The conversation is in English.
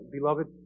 Beloved